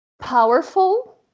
Powerful